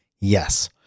Yes